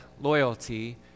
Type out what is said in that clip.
loyalty